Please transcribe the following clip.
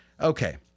Okay